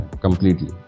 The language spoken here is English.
completely